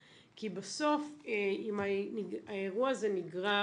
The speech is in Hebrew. כי בסוף אם האירוע הזה נגרר,